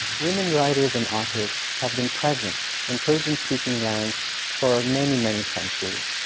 women writers and authors have been present in persian speaking lands for many, many centuries.